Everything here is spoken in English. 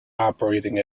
operating